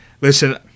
listen